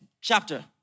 chapter